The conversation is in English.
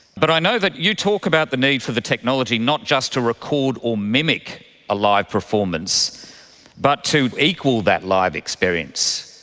but i know that you talk about the need for the technology not just to record or mimic a live performance but to equal that live experience.